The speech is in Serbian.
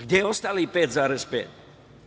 Gde je ostalih 5,5?